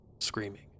screaming